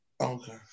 Okay